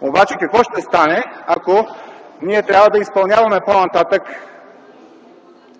обаче, ако ние трябва по-нататък да изпълняваме